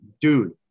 dude